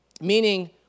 Meaning